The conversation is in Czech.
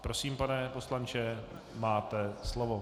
Prosím, pane poslanče, máte slovo.